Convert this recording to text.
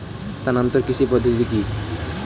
স্থানান্তর কৃষি পদ্ধতি কি?